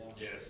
Yes